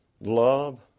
Love